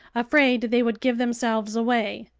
afraid they would give themselves away.